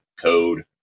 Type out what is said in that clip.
code